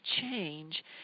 change